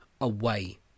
away